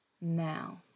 now